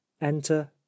Enter